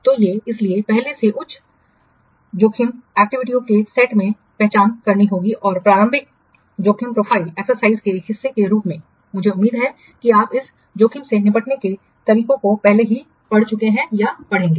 तो ये इसलिए पहले हमें उच्च जोखिम एक्टिविटीयों के सेट की पहचान करनी होगी और प्रारंभिक जोखिम प्रोफाइलिंग एक्सरसाइज के हिस्से के रूप में मुझे उम्मीद है कि आप इस जोखिम से निपटने के तरीकों को पहले ही पढ़ चुके हैं या पढ़ेंगे